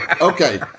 Okay